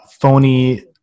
phony